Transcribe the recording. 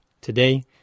Today